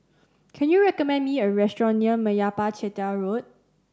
can you recommend me a restaurant near Meyappa Chettiar Road